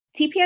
TPS